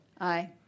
Aye